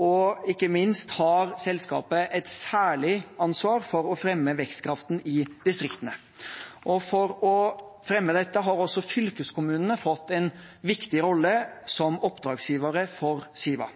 og ikke minst har selskapet et særlig ansvar for å fremme vekstkraften i distriktene. For å fremme dette har også fylkeskommunene fått en viktig rolle som oppdragsgivere for Siva.